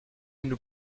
nous